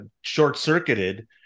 short-circuited